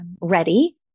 ready